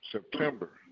September